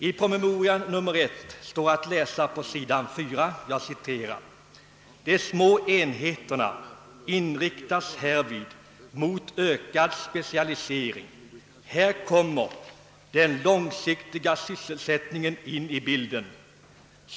I promemoria nr 1 står på s. 4 att läsa: »De små enheterna inriktas härvid mot ökad specialisering — här kommer den långsiktiga sysselsättningen in i bilden.